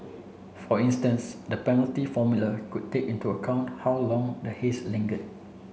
for instance the penalty formula could take into account how long the haze lingered